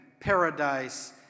paradise –